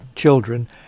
children